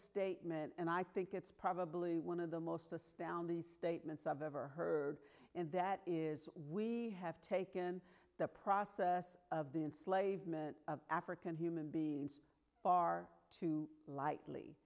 statement and i think it's probably one of the most astounding these statements i've ever heard and that is we have taken the process of the enslavement of african human beings far too lightly